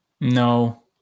No